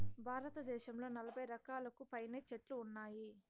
భారతదేశంలో నలబై రకాలకు పైనే చెట్లు ఉన్నాయి